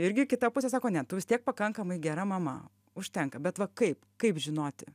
irgi kita pusė sako ne tu vis tiek pakankamai gera mama užtenka bet va kaip kaip žinoti